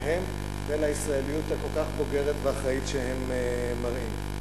להם ולישראליות הכל-כך בוגרת ואחראית שהם מראים.